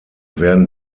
werden